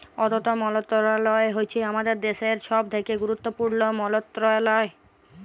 অথ্থ মলত্রলালয় হছে আমাদের দ্যাশের ছব থ্যাকে গুরুত্তপুর্ল মলত্রলালয়